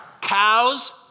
cows